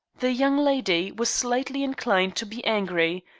the young lady was slightly inclined to be angry.